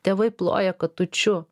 tėvai ploja katučių